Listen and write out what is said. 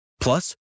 Plus